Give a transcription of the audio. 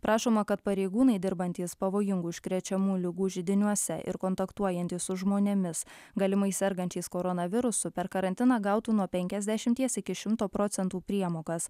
prašoma kad pareigūnai dirbantys pavojingų užkrečiamų ligų židiniuose ir kontaktuojantys su žmonėmis galimai sergančiais koronavirusu per karantiną gautų nuo penkiasdešimties iki šimto procentų priemokas